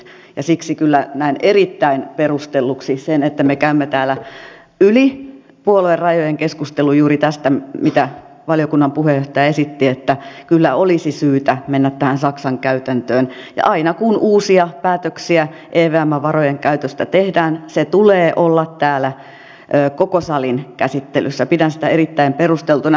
siksi näen kyllä erittäin perustelluksi sen että me käymme täällä yli puoluerajojen keskusteluja juuri tästä mitä valiokunnan puheenjohtaja esitti että kyllä olisi syytä mennä tähän saksan käytäntöön ja aina kun uusia päätöksiä evmn varojen käytöstä tehdään sen tulee olla täällä koko salin käsittelyssä pidän sitä erittäin perusteltuna